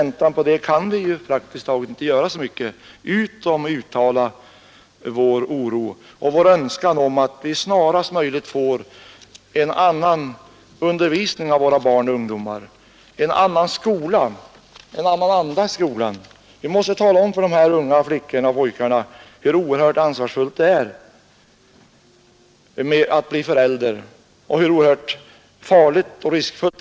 Men i väntan på det kan vi i praktiken inte göra mycket annat än att uttala vår djupa oro och vår önskan om att vi snarast får en annan undervisning för Nr 117 Onsdagen den förälder och hur oerhört farligt och riskfyllt det kan vara att tänka på 15 november 1972 abort som en utväg i en sådan situation. oe sn Inrättande av våra barn och ungdomar och en annan anda i skolan.